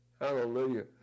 Hallelujah